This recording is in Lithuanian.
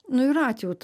nu ir atjautą